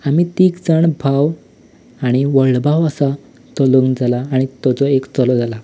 आमी तीग जाण भाव आनी व्हडलो भाव आसा तो लग्न जाला आनी ताका एक चलो जाला